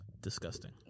Disgusting